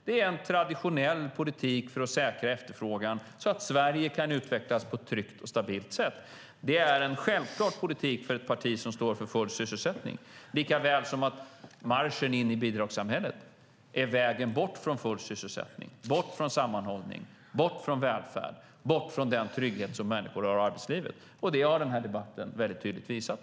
Det är en traditionell politik för att säkra efterfrågan så att Sverige kan utvecklas på ett tryggt och stabilt sätt. Det är en självklar politik för ett parti som står för full sysselsättning, likaväl som att marschen in i bidragssamhället är vägen bort från full sysselsättning, bort från sammanhållning, bort från välfärd och bort från den trygghet som människor har i arbetslivet. Detta har denna debatt mycket tydligt visat.